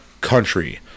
country